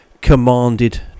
commanded